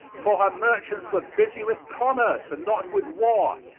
for her merchants were busy with commerce and not with war.